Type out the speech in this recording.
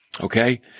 okay